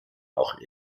auch